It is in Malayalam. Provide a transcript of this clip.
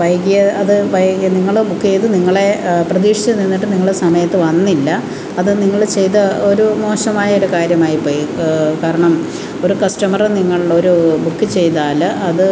വൈകിയ അത് വൈകിയ നിങ്ങൾ ബുക്ക് ചെയ്ത് നിങ്ങളെ പ്രതീക്ഷിച്ച് നിന്നിട്ട് നിങ്ങള് സമയത്ത് വന്നില്ല അതു നിങ്ങൾ ചെയ്ത ഒരു മോശമായൊരു കാര്യമായിപ്പോയി കാരണം ഒരു കസ്റ്റമറെ നിങ്ങൾ ഒരു ബുക്ക് ചെയ്താൽ അത്